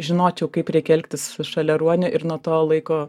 žinočiau kaip reikia elgtis šalia ruonių ir nuo to laiko